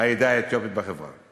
העדה האתיופית בחברה.